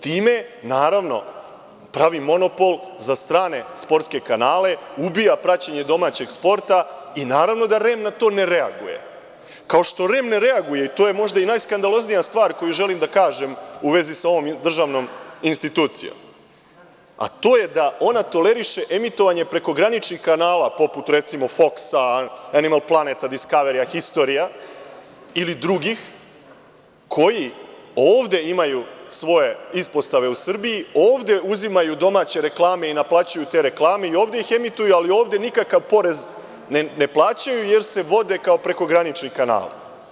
Time, naravno, pravi monopol za strane sportske kanale, ubija praćenje domaćeg sporta i naravno da REM na to ne reaguje, kao što REM ne reaguje, i to je možda najskandaloznija stvar koju želim da kažem u vezi sa ovom državnom institucijom, a to je da ona toleriše emitovanje prekograničnih kanala, poput, recimo, Foksa, Animal planeta, Diskaverija, Historija ili drugih, koji ovde imaju svoje ispostave u Srbiji, ovde uzimaju domaće reklame i naplaćuju te reklame i ovde ih emituju, ali ovde nikakav porez ne plaćaju, jer se vode kao prekogranični kanali.